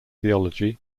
theology